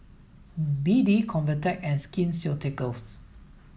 B D Convatec and Skin Ceuticals